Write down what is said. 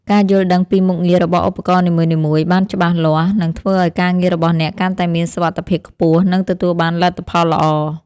ការយល់ដឹងពីមុខងាររបស់ឧបករណ៍នីមួយៗបានច្បាស់លាស់ នឹងធ្វើឱ្យការងាររបស់អ្នកកាន់តែមានសុវត្ថិភាពខ្ពស់ និងទទួលបានលទ្ធផលល្អ។